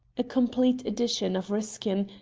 a complete edition of ruskin,